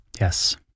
Yes